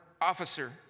officer